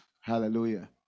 Hallelujah